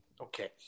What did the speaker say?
Okay